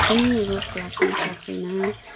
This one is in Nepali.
कुनै रोग लाग्नु सक्दैन